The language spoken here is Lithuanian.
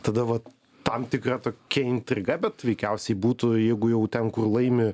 tada vat tam tikra tokia intriga bet veikiausiai būtų jeigu jau ten kur laimi